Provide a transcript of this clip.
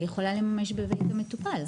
היא יכולה לממש אותם בבית המטופל,